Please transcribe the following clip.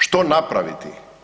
Što napraviti?